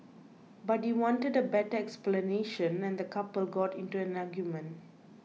but he wanted a better explanation and the couple got into an argument